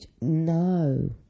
No